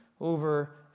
over